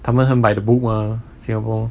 他们很 by the book mah singapore